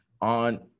on